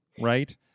right